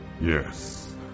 Yes